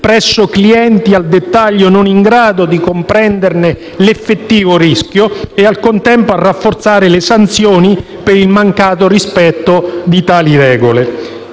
presso clienti al dettaglio non in grado di comprenderne l'effettivo rischio, e al contempo a rafforzare le sanzioni per il mancato rispetto di tali regole;